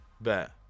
bet